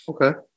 Okay